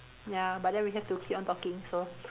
ya but then we have to keep on talking so